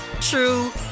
true